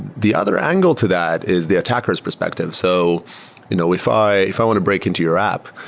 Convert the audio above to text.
the other angle to that is the attacker s perspective. so you know if i if i want to break into your app,